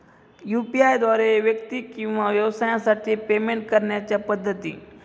UPI द्वारे व्यक्ती किंवा व्यवसायांसाठी पेमेंट करण्याच्या पद्धती